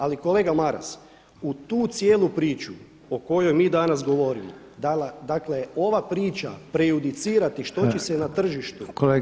Ali kolega Maras u tu cijelu priču o kojoj mi danas govorimo dakle ova priča prejudicirati što će se na tržištu.